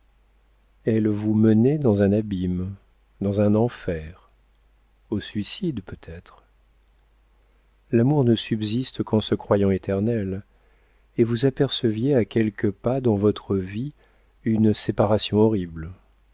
elle vous menait dans un abîme dans un enfer au suicide peut-être l'amour ne subsiste qu'en se croyant éternel et vous aperceviez à quelques pas dans votre vie une séparation horrible